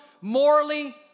morally